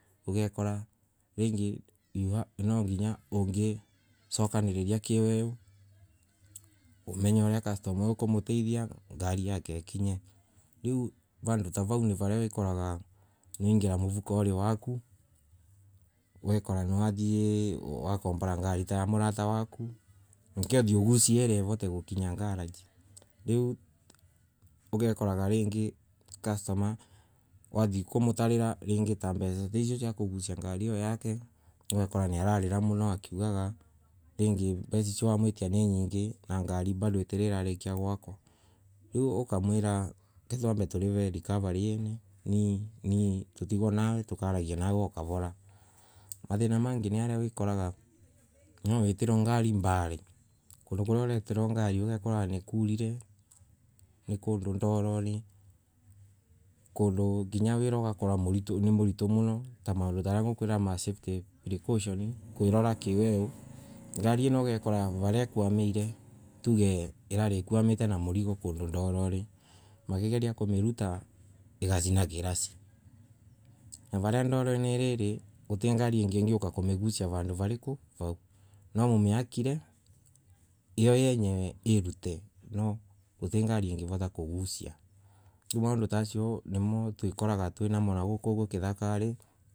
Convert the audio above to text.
Ugekora ringi nwanginya ungaysokaniriria kiweu umenye uria customer oyo ukomotethia ngari yake ikinye lau vandu ta vao ni varia okoraga niwatonya movukori waku wekoru niwathia wakombora ngari ta ya murata waku nikio uthie ugusie arie avote gukinya garage, lau ugekoraga rangay customer wathie kumotarara ranga ta mbeca icio cia kugusia io yake ugakora niararira muno ati mbeca icio wamwitia ni nyigay na ngari bado itirarikia gwaku riu ukamwira ke twambe turive recovery tutigwe nawe tukaria nawe o kavora, mathina mangay ni maria ukoraga nwawitirwe ngari mbare kundo kurio urotarwo ngari ugakora nikurire ni kundo ndorori kondo nginya ugakora wira ni murito muno ta maondo maria ngukwira ma safety precaution, kwirora kiweu, ngari ano ugekora varia akwamaire irari ikwate na murigo kondo ndorori makigoria kamaruta igacina kirasi nav aria ndoroinay iray guti ngari ingika kumiruta vandu variku vau, na momiakireye yenyewe irute na ngari ingirota kugusia lau maondo ta asio na motokoragwo twi namo kithakare.